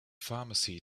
pharmacy